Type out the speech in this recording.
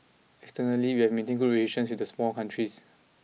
externally we have maintained good relations with the small countries